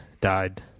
died